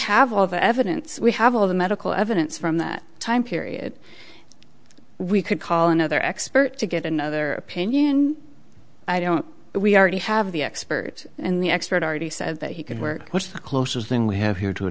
have all the evidence we have all of the medical evidence from that time period we could call another expert to get another opinion i don't we already have the expert in the expert already said that he could work what's the closest thing we have here to a